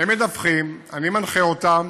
הם מדווחים, אני מנחה אותם